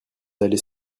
allez